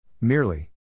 Merely